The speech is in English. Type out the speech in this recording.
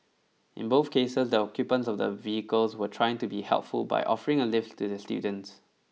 in both cases the occupants of the vehicles were trying to be helpful by offering a lift to the students